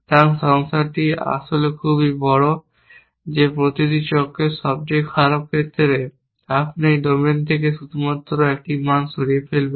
তার সংখ্যাটি আসলে খুব বড় যে প্রতিটি চক্রের সবচেয়ে খারাপ ক্ষেত্রে আপনি একটি ডোমেন থেকে শুধুমাত্র একটি মান সরিয়ে ফেলবেন